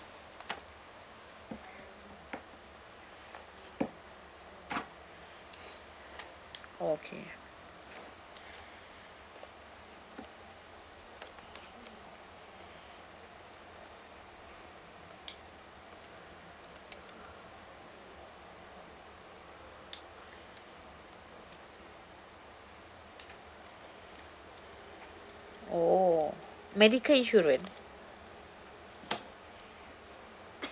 okay oh medical insurance